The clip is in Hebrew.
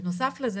בנוסף לכך,